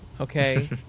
okay